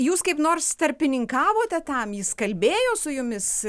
jūs kaip nors tarpininkavote tam jis kalbėjo su jumis